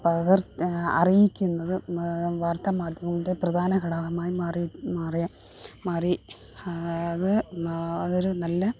പകർ അറിയിക്കുന്നത് വാർത്താമാധ്യമങ്ങളുടെ പ്രധാന ഘടകമായി മാറി മാറിയ മാറി അത് അതൊരു നല്ല